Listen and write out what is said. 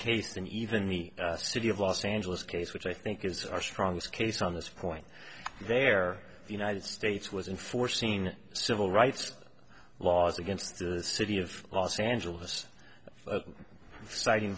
case than even me a city of los angeles case which i think is our strongest case on this point there the united states was in foreseen civil rights laws against the city of los angeles citing